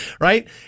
Right